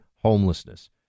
homelessness